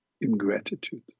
ingratitude